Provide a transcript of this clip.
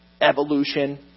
evolution